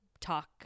talk